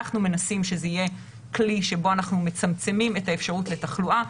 אנחנו מנסים שזה יהיה כלי שבו אנחנו מצמצמים את האפשרות לתחלואה,